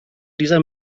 dieser